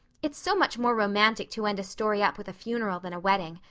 it's so much more romantic to end a story up with a funeral than a wedding.